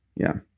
yeah.